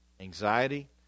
anxiety